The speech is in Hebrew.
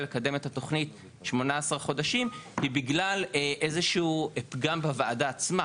לקדם את התוכנית 18 חודשים היא בגלל איזשהו פגם בוועדה עצמה.